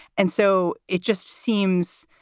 and so it just seems.